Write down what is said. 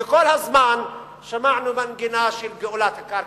כי כל הזמן שמענו מנגינה של גאולת הקרקע,